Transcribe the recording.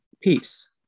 Peace